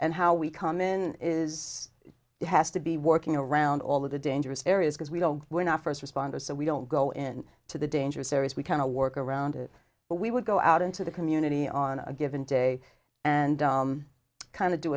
and how we come in is it has to be working around all of the dangerous areas because we don't we're not first responders so we don't go in to the dangerous areas we kind of work around it but we would go out into the community on a given day and kind of do